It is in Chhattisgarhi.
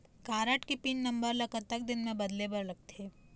कारड के पिन नंबर ला कतक दिन म बदले बर लगथे?